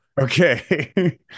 Okay